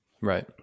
right